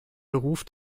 beruf